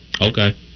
Okay